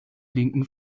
linken